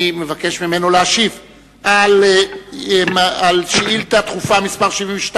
אני מבקש ממנו להשיב על שאילתא דחופה מס' 72,